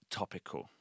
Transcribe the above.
topical